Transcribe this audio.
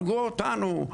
הרגו אותנו,